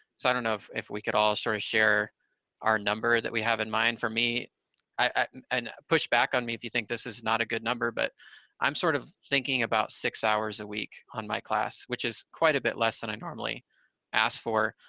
so i don't know if if we could all sort of share our number that we have in mind. for me i and push back on me if you think this is not a good number, but i'm sort of thinking about six hours a week on my class, which is quite a bit less than i normally ask for.